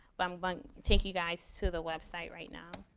but i'm but taking you guys to the website right now.